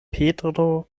petro